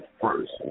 first